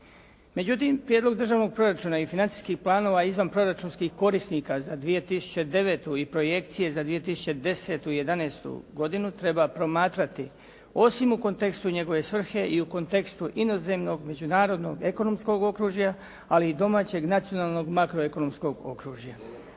Međutim Prijedlog državnog proračuna i financijskih planova izvanproračunskih korisnika za 2009. i projekcije za 2010. i 2011. godinu treba promatrati osim u kontekstu njegove svrhe i u kontekstu inozemnog, međunarodnog ekonomskog okružja ali i domaćeg nacionalnog makroekonomskog okružja.